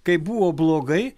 kaip buvo blogai